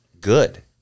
good